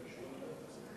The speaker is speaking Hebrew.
חברי חברי הכנסת,